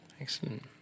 Excellent